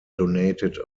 donated